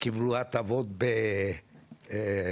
קיבלו הטבות של הנחה